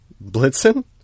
Blitzen